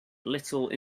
little